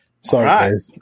Sorry